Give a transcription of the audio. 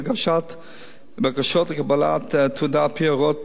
בקשות לקבלת תעודה על-פי הוראות המעבר המקילות,